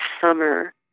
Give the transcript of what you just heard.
summer